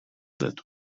that